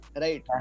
right